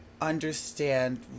understand